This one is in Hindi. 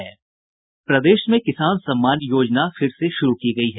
प्रदेश में किसान सम्मान योजना फिर से शुरू की गयी है